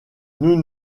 nous